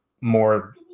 more